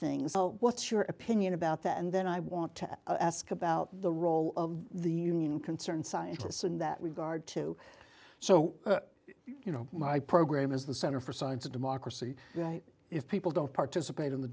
things so what's your opinion about that and then i want to ask about the role of the union concerned scientists in that regard to so you know my program is the center for science of democracy if people don't participate in the